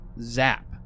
Zap